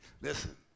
listen